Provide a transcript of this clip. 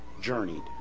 journeyed